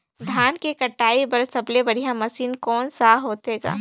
धान के कटाई बर सबले बढ़िया मशीन कोन सा होथे ग?